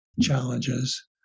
challenges